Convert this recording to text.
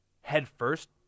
head-first